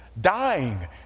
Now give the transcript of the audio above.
dying